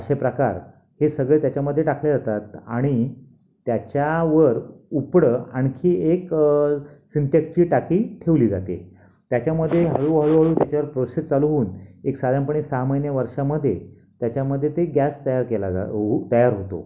असे प्रकार हे सगळं त्याच्यामध्ये टाकले जातात आणि त्याच्यावर उपडं आणखी एक सिंटॅक्सची टाकी ठेवली जाते त्याच्यामध्ये हळू हळू हळू त्याच्यावर प्रोसेस चालू होऊन एक साधारणपणे सहा महिन्या वर्षामध्ये त्याच्यामध्ये ते गॅस तयार केला जा होऊ तयार होतो